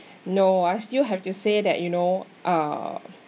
no I still have to say that you know uh